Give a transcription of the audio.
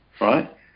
right